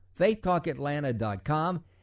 FaithTalkAtlanta.com